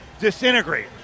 Disintegrate